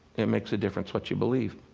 it makes a difference what you believe.